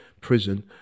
prison